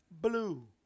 Blue